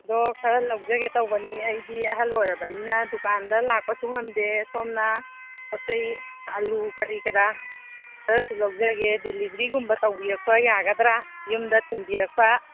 ꯑꯗꯣ ꯈꯔ ꯂꯧꯖꯒꯦ ꯇꯧꯕꯅꯤ ꯑꯩꯗꯤ ꯑꯍꯜ ꯑꯣꯏꯔꯕꯅꯤꯅ ꯗꯨꯀꯥꯟꯗ ꯂꯥꯛꯄꯁꯨ ꯉꯝꯗꯦ ꯁꯣꯝꯅ ꯄꯣꯠ ꯆꯩ ꯑꯥꯂꯨ ꯀꯔꯤ ꯀꯔꯥ ꯈꯔꯁꯨ ꯂꯧꯖꯒꯦ ꯗꯤꯂꯤꯕꯔꯤꯒꯨꯝꯕ ꯇꯧꯕꯤꯔꯛꯄ ꯌꯥꯒꯗ꯭ꯔꯥ ꯌꯨꯝꯗ ꯊꯤꯟꯕꯤꯔꯛꯄ